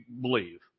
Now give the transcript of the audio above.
believe